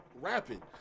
rapping